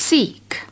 Seek